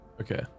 Okay